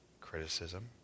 criticism